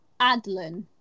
Adlin